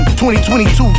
2022